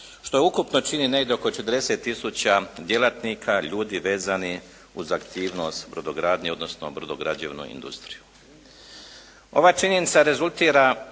što ukupno čini negdje oko 40 tisuća djelatnika, ljudi vezanih uz aktivnost brodogradnje odnosno brodograđevnu industriju. Ova činjenica rezultira